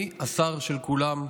אני השר של כולם,